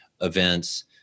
events